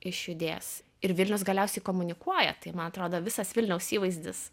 išjudės ir vilnius galiausiai komunikuoja tai man atrodo visas vilniaus įvaizdis